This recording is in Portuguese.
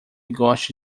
goste